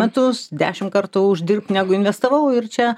metus dešimt kartų uždirbt negu investavau ir čia